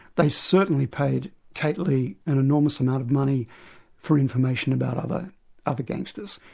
they certainly paid kate leigh an enormous amount of money for information about other other gangsters.